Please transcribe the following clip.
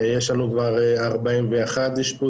יש לנו כבר 41 אשפוזים,